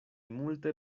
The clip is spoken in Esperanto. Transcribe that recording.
multe